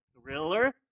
thriller